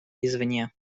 извне